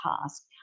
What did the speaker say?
task